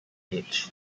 age